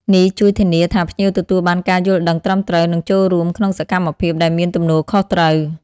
នេះជួយធានាថាភ្ញៀវទទួលបានការយល់ដឹងត្រឹមត្រូវ និងចូលរួមក្នុងសកម្មភាពដែលមានទំនួលខុសត្រូវ។